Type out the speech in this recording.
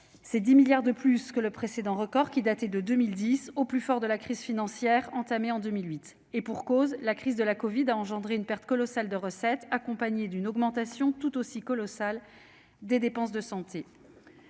C'est 10 milliards d'euros de plus que le précédent record, qui datait de 2010, au plus fort de la crise financière qui avait débuté en 2008. Et pour cause ! La crise de la covid a engendré une perte colossale des recettes, accompagnée d'une augmentation tout aussi colossale des dépenses de santé.